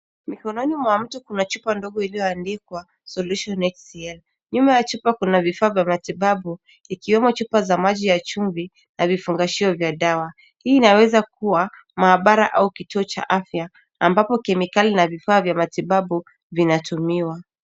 Mikononi mwa mtu kuna chupa ndogo iliyoandikwa[cs ] solution HCL[cs ]. Nyuma ya chupa kuna vifaa vya matibabu ikiwemo chupa za maji ya chumvi na vifungashio vya dawa. Hii inaweza kuwa maabara au kituo cha afya ambapo kemikali na vifaa vya matibabu vinatumiwa.